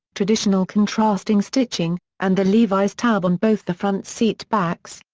traditional contrasting stitching, and the levi's tab on both the front seat backs,